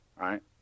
right